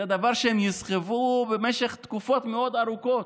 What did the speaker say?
זה דבר שהם יסחבו במשך תקופות מאוד ארוכות,